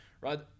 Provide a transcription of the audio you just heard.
right